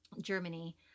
Germany